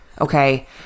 Okay